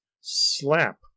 Slap